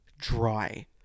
dry